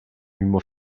mimo